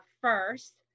first